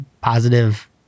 positive